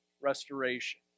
restoration